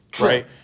right